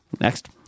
Next